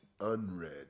unread